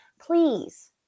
Please